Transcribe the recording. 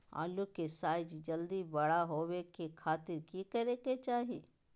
आलू के साइज जल्दी बड़ा होबे के खातिर की करे के चाही?